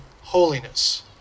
holiness